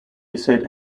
said